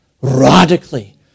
Radically